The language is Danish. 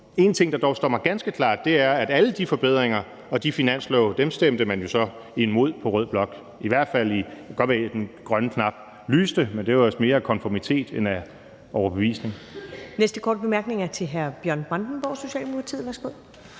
Én ting, der dog står mig ganske klart, er, at alle de forbedringer og de finanslove stemte man jo så imod i rød blok. Det kan godt være, at den grønne knap lyste, men det var vist mere af konformitet end af overbevisning.